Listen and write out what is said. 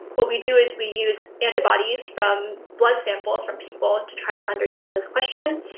what we do is we use antibodies from blood samples from people to try to understand this question,